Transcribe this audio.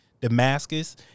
Damascus